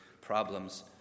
problems